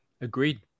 Agreed